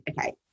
okay